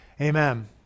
Amen